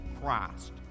Christ